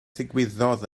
ddigwyddodd